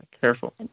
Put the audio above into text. Careful